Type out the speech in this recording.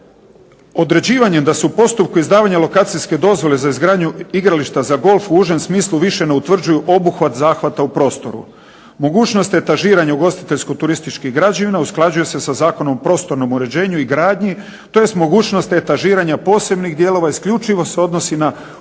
Određivanjem da se u postupku izdavanja lokacijske dozvole za izgradnju igrališta za golf u užem smislu više ne utvrđuju obuhvat zahvata u prostoru. Mogućnost etažiranja ugostiteljsko-turističkih građevina usklađuje se sa Zakonom o prostornom uređenju i gradnji tj. mogućnost etažiranja posebnih dijelova isključivo se odnosi na